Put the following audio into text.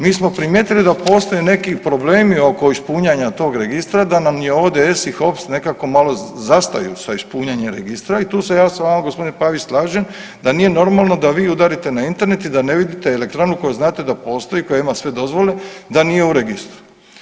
Mi smo primijetili da postoje neki problemi oko ispunjanja tog Registra da nam je ODS I HOPS nekako malo zastaju sa ispunjanjem Registra i tu se ja s vama gospodine Pavić slažem da nije normalno da udarite na internet i da ne vidite Elektranu koju znate da postoji, koja ima sve dozvole da nije u Registru.